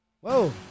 Whoa